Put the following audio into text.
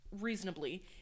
reasonably